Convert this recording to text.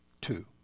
two